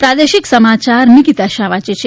પ્રાદેશિક સમાયાર નીકીતા શાહ વાંચે છે